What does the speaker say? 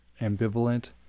ambivalent